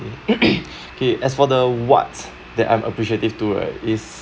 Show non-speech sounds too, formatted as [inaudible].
[coughs] okay as for the what's that I'm appreciative to right is